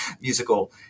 musical